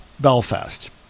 Belfast